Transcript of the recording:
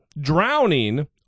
drowning